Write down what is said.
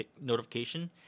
notification